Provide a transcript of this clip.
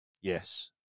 Yes